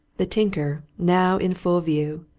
the tinker, now in full view,